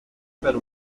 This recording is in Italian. per